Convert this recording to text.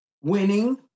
winning